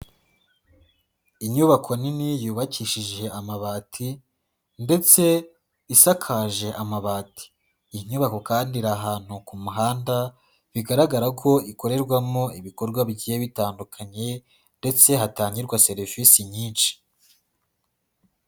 Inyubako nini yubakishije amabati ndetse isakaje amabati, iyi nyubako kandi hari ahantu ku muhanda, bigaragara ko ikorerwamo ibikorwa bigiye bitandukanye ndetse hatangirwa serivisi nyinshi.